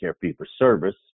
fee-for-service